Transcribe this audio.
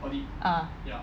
ah